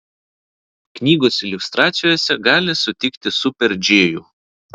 knygos iliustracijose gali sutikti super džėjų